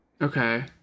Okay